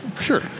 Sure